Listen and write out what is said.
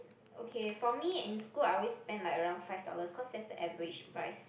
okay for me in school I always spend like around five dollars cause that's the average price